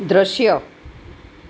દ્રશ્ય